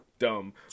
dumb